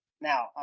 now